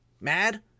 mad